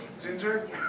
ginger